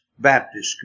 Baptist